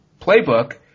playbook